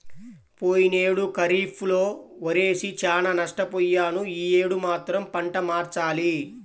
పోయినేడు ఖరీఫ్ లో వరేసి చానా నష్టపొయ్యాను యీ యేడు మాత్రం పంట మార్చాలి